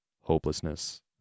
hopelessness